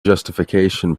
justification